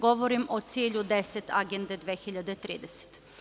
Govorim o cilju 10 Agende 2030.